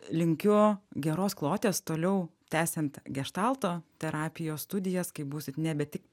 linkiu geros kloties toliau tęsiant geštalto terapijos studijas kai būsit nebe tik